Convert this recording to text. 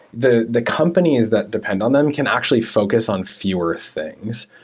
the the companies that depend on them can actually focus on fewer things.